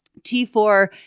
T4